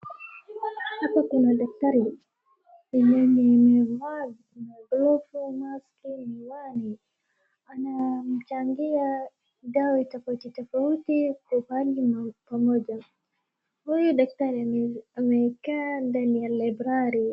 Hapa kuna daktari imevaa maglovu , maski miwani anamchangia dawa tofauti tofauti kwa pahali pamoja. Huyu daktari amekaa ndani ya laiburari.